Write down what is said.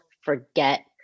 forget